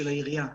של העירייה.